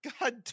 god